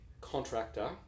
contractor